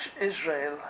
Israel